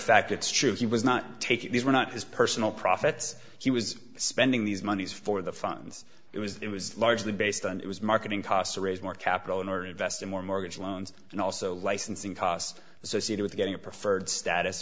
fact it's true he was not taking these were not his personal profits he was spending these monies for the funds it was it was largely based on it was marketing costs to raise more capital in order to invest in more mortgage loans and also licensing costs associated with getting a preferred status